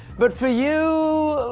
but for you?